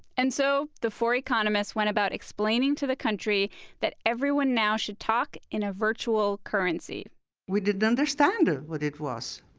and so the four economists went about explaining to the country that everyone now should talk in a virtual currency we didn't understand what it was.